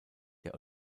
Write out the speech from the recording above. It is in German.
der